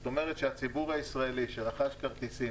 זאת אומרת שהציבור הישראלי שרכש כרטיסים